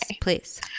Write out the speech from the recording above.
please